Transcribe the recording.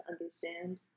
understand